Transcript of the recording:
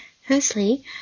Firstly